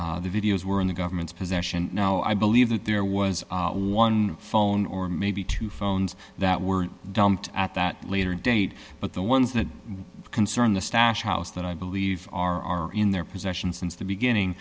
that the videos were in the government's possession now i believe that there was one phone or maybe two phones that were dumped at that later date but the ones that concern the stash house that i believe are in their possession since the beginning